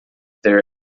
their